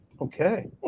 Okay